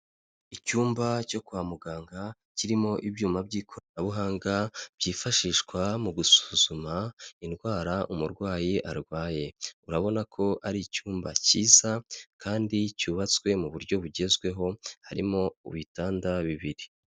Icyumba cyo kwa muganga, kirimo ibyuma by'ikoranabuhanga byifashishwa mu gusuzuma indwara umurwayi arwaye, urabona ko ari icyumba cyiza kandi cyubatswe mu buryo bugezweho, harimo ibitanda bibiri.